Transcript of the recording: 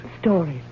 Stories